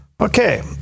okay